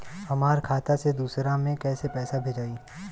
हमरा खाता से दूसरा में कैसे पैसा भेजाई?